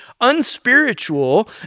unspiritual